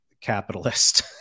capitalist